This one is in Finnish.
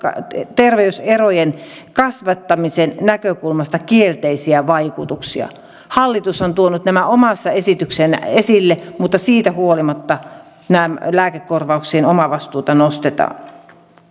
terveyserojen kasvattamisen näkökulmasta kielteisiä vaikutuksia hallitus on tuonut nämä omassa esityksessään esille mutta siitä huolimatta lääkekorvauksien omavastuuta nostetaan